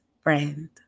friend